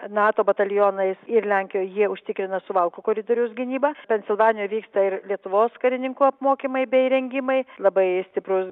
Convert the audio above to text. nato batalionais ir lenkijoj jie užtikrina suvalkų koridoriaus gynybą pensilvanijoj vyksta ir lietuvos karininkų apmokymai bei įrengimai labai stiprus